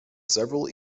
several